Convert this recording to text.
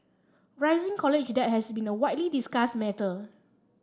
rising college debt has been a widely discussed matter